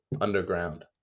underground